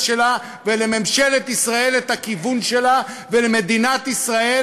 שלה ולממשלת ישראל את הכיוון שלה ולמדינת ישראל